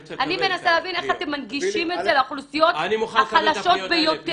אני מנסה להבין איך אתם מנגישים את זה לאוכלוסיות החלשות ביותר.